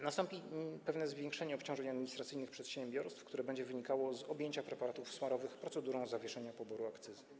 Nastąpi zwiększenie obciążeń administracyjnych przedsiębiorstw, które będzie wynikało z objęcia preparatów smarowych procedurą zawieszenia poboru akcyzy.